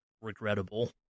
regrettable